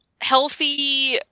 healthy